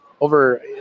Over